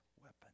weapon